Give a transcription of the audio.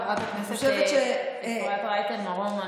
חברת הכנסת אפרת רייטן מרום,